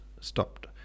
stopped